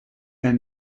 their